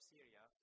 Syria